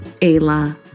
Ayla